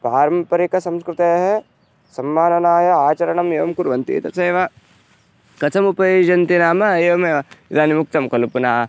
पारम्परिकसंस्कृतेः सम्माननाय आचरणम् एवं कुर्वन्ति तथैव कथम् उपयुजन्ति नाम एवमेव इदानीम् उक्तं खलु पुनः